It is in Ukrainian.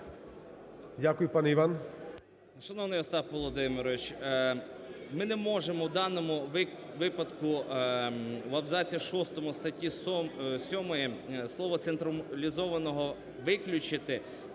Дякую. Пане Іван.